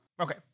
Okay